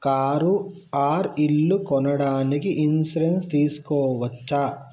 Car or ఇల్లు కొనడానికి insurance తీస్కోవచ్చా?